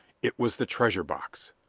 it was the treasure box!